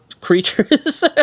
creatures